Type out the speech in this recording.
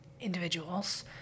individuals